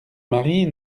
marie